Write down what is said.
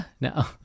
No